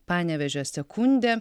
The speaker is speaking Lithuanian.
panevėžio sekundė